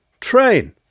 train